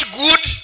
good